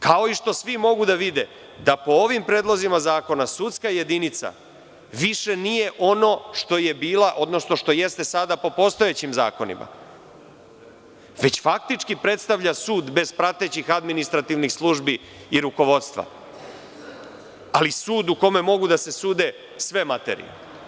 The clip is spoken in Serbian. Kao i što svi mogu da vide da po ovim predlozima zakona sudska jedinica više nije ono što je bila, odnosno što jeste sada po postojećim zakonima, već faktički predstavlja sud bez pratećih administrativnih službi i rukovodstva, ali, sud u kome mogu da se sude sve materije.